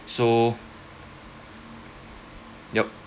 so yup